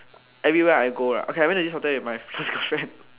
everywhere I go right okay I went to this hotel with my first girlfriend